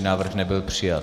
Návrh nebyl přijat.